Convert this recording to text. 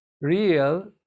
real